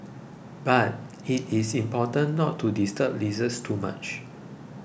but it is important not to disturb lizards too much